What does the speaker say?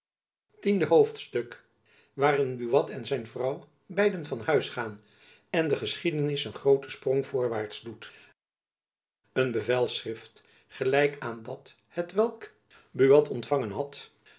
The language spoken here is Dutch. tiende hoofdstuk waarin buat en zijn vrouw beiden van huis gaan en de geschiedenis een grooten sprong voorwaarts doet een bevelschrift gelijk aan dat hetwelk buat ontfangen had